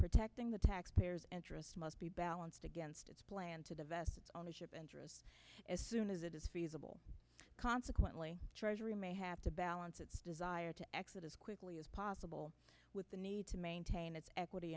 protecting the taxpayers interests must be balanced against its plan to the vest on the ship as soon as it is feasible consequently treasury may have to balance its desire to exit as quickly as possible with the need to maintain its equity